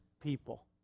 people